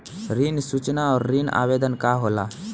ऋण सूचना और ऋण आवेदन का होला?